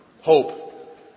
Hope